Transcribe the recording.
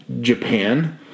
Japan